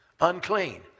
Unclean